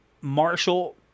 Marshall